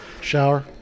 Shower